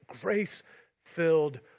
grace-filled